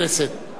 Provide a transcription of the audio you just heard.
רבותי,